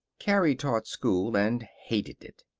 carrie taught school, and hated it.